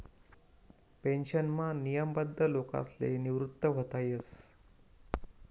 पेन्शनमा नियमबद्ध लोकसले निवृत व्हता येस